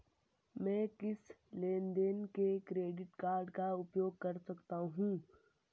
मैं किस लेनदेन में क्रेडिट कार्ड का उपयोग कर सकता हूं?